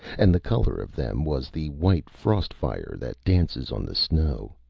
and the color of them was the white frost-fire that dances on the snow.